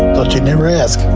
thought you'd never ask.